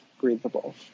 breathable